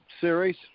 series